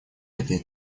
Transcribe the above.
этой